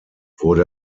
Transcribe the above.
wurde